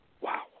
Wow